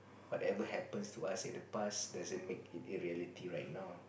whatever happens to us in the past doesn't make it reality right now